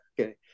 okay